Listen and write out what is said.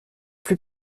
plus